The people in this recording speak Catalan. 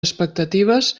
expectatives